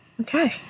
Okay